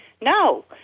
No